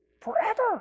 forever